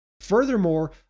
Furthermore